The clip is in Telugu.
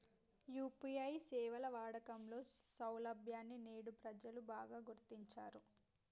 యూ.పీ.ఐ సేవల వాడకంలో సౌలభ్యాన్ని నేడు ప్రజలు బాగా గుర్తించారు